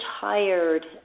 tired